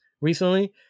recently